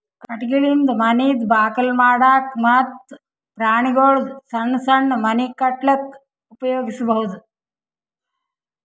ಕಟಗಿಲಿಂದ ಮನಿದ್ ಬಾಕಲ್ ಮಾಡಕ್ಕ ಮತ್ತ್ ಪ್ರಾಣಿಗೊಳ್ದು ಸಣ್ಣ್ ಸಣ್ಣ್ ಮನಿ ಕಟ್ಟಕ್ಕ್ ಉಪಯೋಗಿಸಬಹುದು